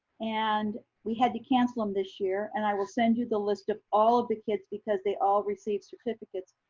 and we had to cancel them this year. and i will send you the list of all of the kids because they all received certificates.